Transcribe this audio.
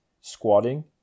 squatting